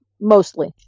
mostly